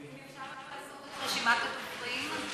אפשר לקבל את רשימת הדוברים?